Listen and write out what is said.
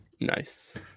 Nice